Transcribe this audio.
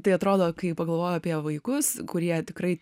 tai atrodo kai pagalvoju apie vaikus kurie tikrai